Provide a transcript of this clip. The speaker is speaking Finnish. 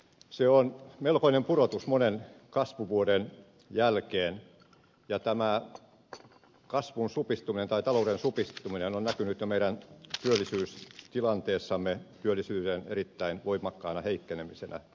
se on melkoinen pudotus monen kasvuvuoden jälkeen ja tämä talouden supistuminen on näkynyt jo meidän työllisyystilanteessamme työllisyyden erittäin voimakkaana heikkenemisenä